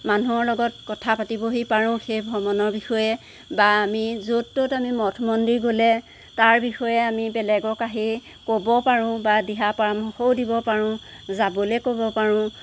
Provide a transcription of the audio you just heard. মানুহৰ লগত কথা পাতিবহি পাৰোঁ সেই ভ্ৰমণৰ বিষয়ে বা য'ত ত'ত আমি মঠ মন্দিৰ গ'লে তাৰ বিষয়ে আমি বেলেগক আহি ক'ব পাৰোঁ বা দিহা পৰামৰ্শও দিব পাৰোঁ যাবলৈ ক'ব পাৰোঁ